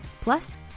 Plus